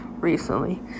recently